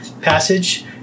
passage